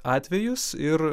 atvejus ir